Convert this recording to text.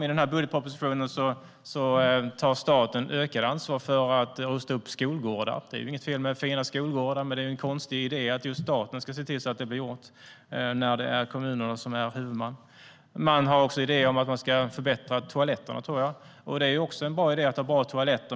Med förslaget i budgetpropositionen tar staten ökat ansvar för att rusta upp skolgårdar. Det är inget fel med fina skolgårdar. Men det är en konstig idé att just staten ska se till att det blir gjort när det är kommunerna som är huvudmän. Man har också idéer om att man ska förbättra toaletterna. Det är en bra idé att ha bra toaletter.